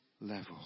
level